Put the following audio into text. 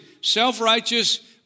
self-righteous